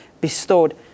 bestowed